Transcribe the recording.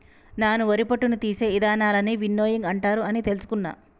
నాను వరి పొట్టును తీసే ఇదానాలన్నీ విన్నోయింగ్ అంటారు అని తెలుసుకున్న